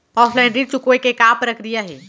Offline ऋण चुकोय के का प्रक्रिया हे?